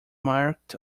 marked